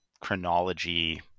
chronology